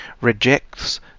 rejects